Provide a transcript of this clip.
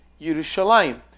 Yerushalayim